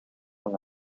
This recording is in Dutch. van